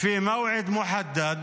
במועד קבוע.